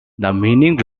meaning